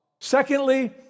Secondly